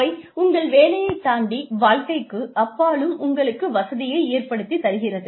அவை உங்கள் வேலையை தாண்டி வாழ்க்கைக்கு அப்பாலும் உங்களுக்கு வசதியை ஏற்படுத்தித்தருகிறது